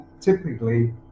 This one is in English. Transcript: typically